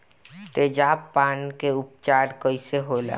तेजाब पान के उपचार कईसे होला?